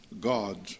God